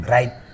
Right